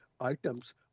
items